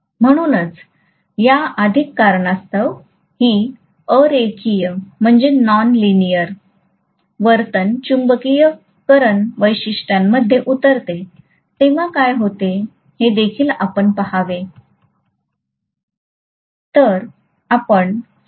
म्हणूनच या अधिक कारणास्तव ही अ रेखीय वर्तन चुंबकीयकरण वैशिष्ट्यामध्ये उतरते तेव्हा काय होते ते आपण देखील पहावे